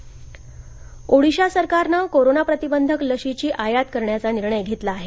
ओडिशा लस आयात ओडिशा सरकारनं कोरोना प्रतिबंधक लशीची आयात करण्याचा निर्णय घेतला आहे